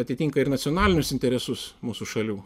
atitinka ir nacionalinius interesus mūsų šalių